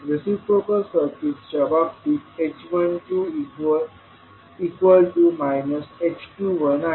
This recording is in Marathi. रिसिप्रोकल सर्किट्सच्या बाबतीत h12 h21 आहे